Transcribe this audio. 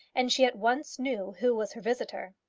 and she at once knew who was her visitor.